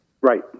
Right